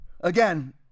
Again